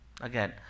Again